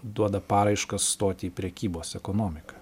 duoda paraiškas stoti į prekybos ekonomiką